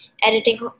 editing